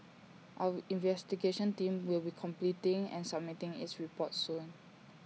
our investigation team will be completing and submitting its report soon